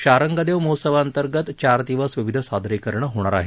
शारंगदेव महोत्सवांतर्गत चार दिवस विविध सादरीकरणं होणार आहेत